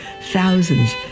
thousands